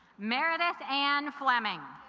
meredith and fleming